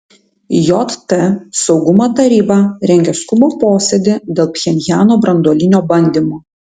jt saugumo taryba rengia skubų posėdį dėl pchenjano branduolinio bandymo